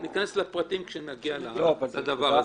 ניכנס לפרטים כשנגיע לדבר הזה.